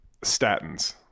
statins